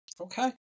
Okay